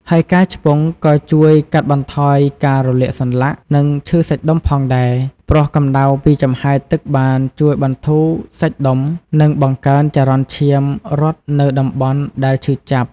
ហើយការឆ្ពង់ក៏ជួយកាត់បន្ថយការរលាកសន្លាក់ និងឈឺសាច់ដុំផងដែរ ព្រោះកម្ដៅពីចំហាយទឹកបានជួយបន្ធូរសាច់ដុំ និងបង្កើនចរន្តឈាមរត់នៅតំបន់ដែលឈឺចាប់។